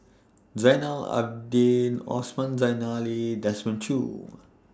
Zainal Abidin Osman Desmond Choo